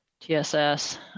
TSS